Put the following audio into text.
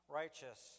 righteous